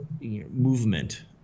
movement